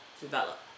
develop